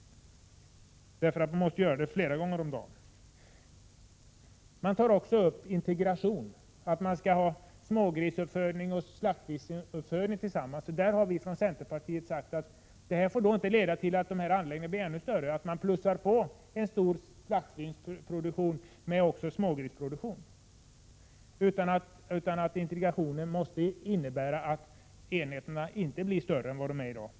I detta sammanhang har också talats om en integration av smågrisoch slaktsvinsuppfödning. Vi har från centerpartiet sagt att en sådan inte får leda till att anläggningarna blir ännu större än nu, så att man till en stor slaktsvinsproduktion också lägger en smågrisproduktion. Vid en sådan integration måste alltså förutsättas att enheterna inte får bli större än vad de är i dag.